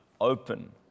open